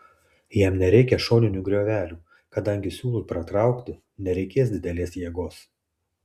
jam nereikia šoninių griovelių kadangi siūlui pratraukti nereikia didelės jėgos